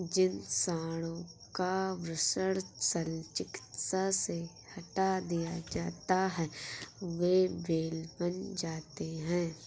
जिन साँडों का वृषण शल्य चिकित्सा से हटा दिया जाता है वे बैल बन जाते हैं